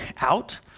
out